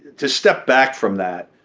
to step back from that.